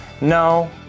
No